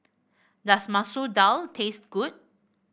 does Masoor Dal taste good